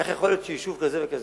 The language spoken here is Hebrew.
איך יכול להיות שיישוב כזה וכזה,